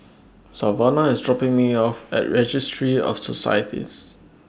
Savannah IS dropping Me off At Registry of Societies